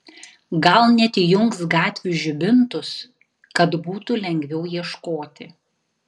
gal net įjungs gatvių žibintus kad būtų lengviau ieškoti